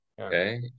Okay